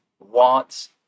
Wants